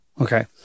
Okay